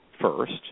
first